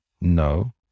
No